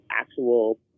actual